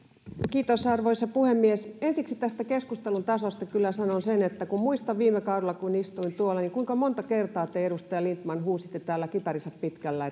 kiitos arvoisa puhemies ensiksi tästä keskustelun tasosta kyllä sanon sen että muistan kun istuin viime kaudella tuolla kuinka monta kertaa te edustaja lindtman huusitte täällä kitarisat pitkällä